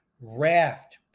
raft